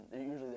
Usually